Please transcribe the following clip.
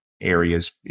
areas